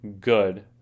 good